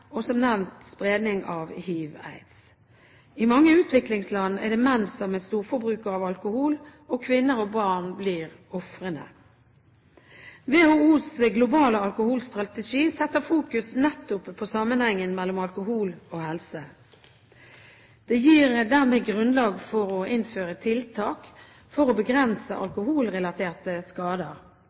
og – som nevnt – spredning av hiv/aids. I mange utviklingsland er det menn som er storforbrukere av alkohol, og kvinner og barn blir ofrene. WHOs globale alkoholstrategi setter fokus nettopp på sammenhengen mellom alkohol og helse. Det gir dermed grunnlag for å innføre tiltak for å begrense alkoholrelaterte skader.